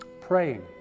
praying